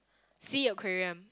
Sea Aquarium